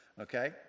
okay